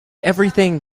everything